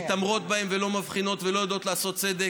מתעמרות בהם ולא מבחינות ולא יודעות לעשות צדק.